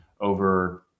over